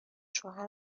شوهر